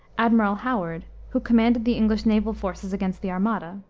admiral howard, who commanded the english naval forces against the armada,